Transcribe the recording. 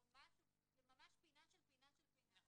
או משהו זה ממש פינה של פינה, של פינה.